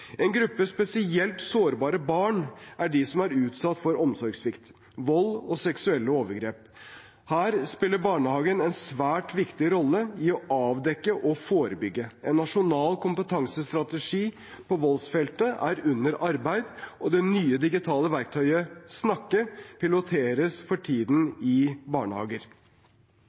En gruppe spesielt sårbare barn er de som er utsatt for omsorgssvikt, vold og seksuelle overgrep. Her spiller barnehagen en svært viktig rolle i å avdekke og forebygge. En nasjonal kompetansestrategi på voldsfeltet er under arbeid, og det nye digitale verktøyet SNAKKE piloteres for tiden i barnehager.